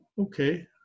okay